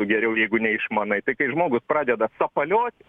geriau jeigu neišmanai tai kai žmogui pradeda sapalioti